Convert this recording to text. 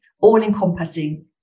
all-encompassing